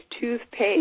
toothpaste